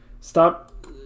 stop